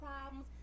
problems